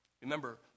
Remember